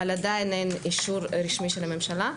אבל עדיין אין אישור רשמי של הממשלה.